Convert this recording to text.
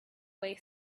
way